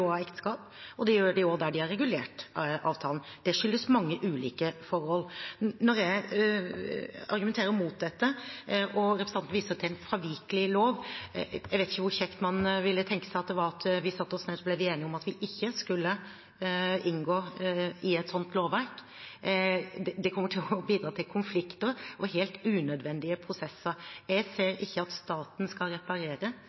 gjør de også der de har en regulert avtale. Det skyldes mange ulike forhold. Når jeg argumenterer mot dette, og representanten viser til en fravikelig lov, vet jeg ikke hvor kjekt det ville være om man tenkte seg at vi satte oss ned og ble enige om at vi ikke skulle gå inn for et slikt lovverk. Det kommer til å bidra til konflikter og helt unødvendige prosesser. Jeg